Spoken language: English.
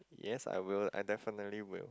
yes I will I definitely will